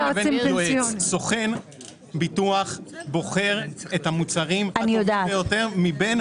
סוכן ביטוח בוחר את המוצרים הטובים ביותר מבין